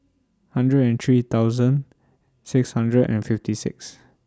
hundred and three thousand six hundred and fifty six